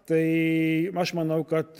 tai aš manau kad